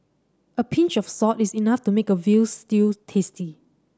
a pinch of salt is enough to make a veal stew tasty